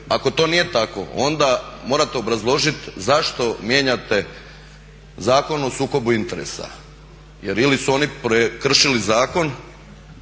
ako to nije tako onda morate obrazložiti zašto mijenjate Zakon o sukobu interesa? Jer ili su oni prekršili zakon